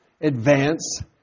advance